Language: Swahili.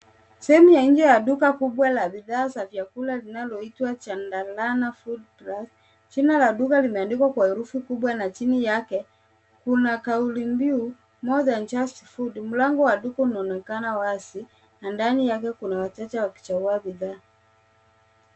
Sehemu ya nje ya duka la bidhaa za vyakula inayoitwa, chandarana food plus. Jina la duka limeandikwa kwa herufi kubwa na chini yake kuna kaulimbiu, more than just food. Mlango wa duka unaonekana wazi na ndani yake kuna wateja wakichagua bidhaa.